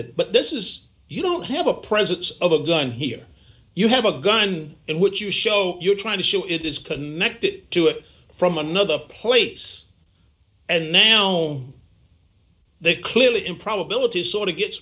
it but this is you don't have a presence of a gun here you have a gun in which you show you're trying to show it is connected to it from another place and now they clearly improbabilities sort of gets